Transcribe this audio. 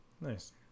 Nice